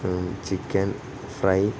chicken fry